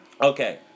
Okay